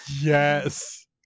Yes